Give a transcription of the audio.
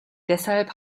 deshalb